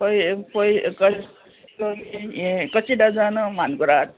पळय पळय यें कशी कशी डजन मानकुराद